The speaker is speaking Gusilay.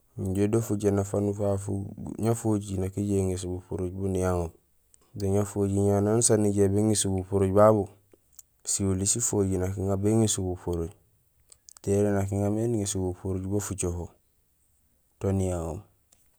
Injé do fujééna fanuur fafu ñafujiir nak ijoow éŋésul bupuruj buun niyaŋoom. Do ñafojiir ña nanusaan béŋésul bupuruj babu, siwuli sifijiir naj iŋaar béŋésul bupuruj. Injé yo nak iŋa béŋésul bupuruj bu fucoho to niyaŋoom.